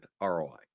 ROI